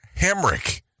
Hamrick